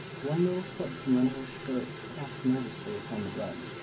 one little foot from under her skirt tapped nervously upon the rug.